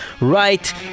right